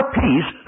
peace